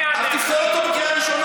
אני אענה, למה?